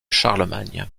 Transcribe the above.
charlemagne